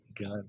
God